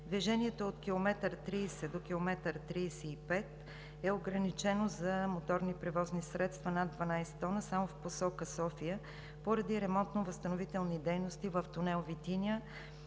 Движението от км 30 до км 35 е ограничено за моторни превозни средства над 12 т само в посока София поради ремонтно-възстановителни дейности в тунел „Витиня“,